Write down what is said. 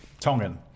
Tongan